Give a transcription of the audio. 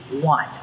one